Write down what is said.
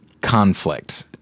conflict